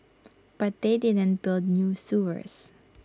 but they didn't build new sewers